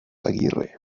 aguirre